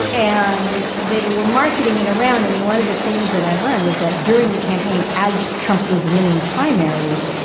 and they were marketing it around. i mean, one of the things that i learned was that during the campaign, as trump was winning primaries.